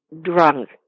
Drunk